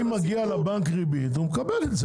בסדר, אם מגיעה לבנק ריבית הוא מקבל את זה.